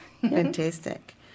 Fantastic